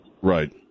right